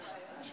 מיכאלי,